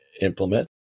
implement